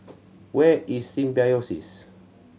where is Symbiosis